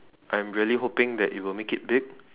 I'm really hoping that it'll make it big